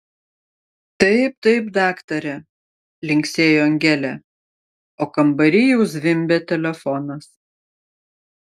taip taip daktare linksėjo angelė o kambary jau zvimbė telefonas